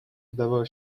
wdawał